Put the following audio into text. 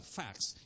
facts